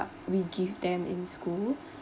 we give them in school